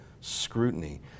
scrutiny